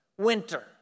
Winter